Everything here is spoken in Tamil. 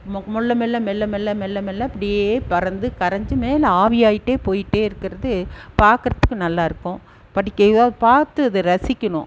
மோக் மொள்ள மெல்ல மெல்ல மெல்ல மெல்ல மெல்ல அப்படியே பறந்து கரஞ்சு மேலே ஆவியாயிட்டே போய்கிட்டே இருக்கிறது பார்க்கறதுக்கு நல்லாயிருக்கும் படிக்கேதாத் பார்த்து ரசிக்கனும்